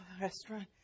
restaurant